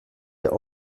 der